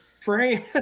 frame